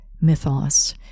mythos